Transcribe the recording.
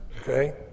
Okay